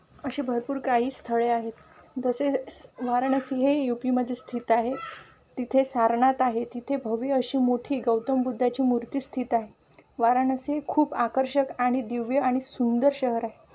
असे भरपूर काही स्थळे आहेत जसे स वाराणसी हे यू पीमध्येे स्थित आहे तिथे सारनाथ आहे तिथे भव्य अशी मोठी गौतम बुद्धाची मूर्ती स्थित आहे वाराणसी हे खूप आकर्षक आणि दिव्य आणि सुंदर शहर आहे